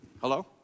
Hello